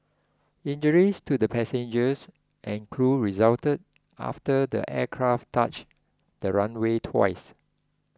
injuries to the passengers and crew resulted after the aircraft touch the runway twice